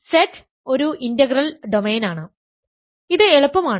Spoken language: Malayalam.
അതിനാൽ Z ഒരു ഇന്റഗ്രൽ ഡൊമെയ്നാണ് ഇത് എളുപ്പമാണ്